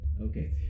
okay